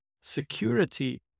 security